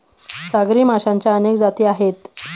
सागरी माशांच्या अनेक जाती आहेत